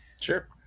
Sure